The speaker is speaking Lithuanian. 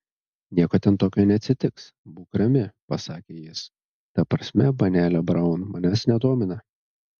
nieko ten tokio neatsitiks būk rami pasakė jis ta prasme panelė braun manęs nedomina